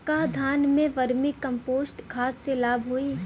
का धान में वर्मी कंपोस्ट खाद से लाभ होई?